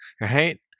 right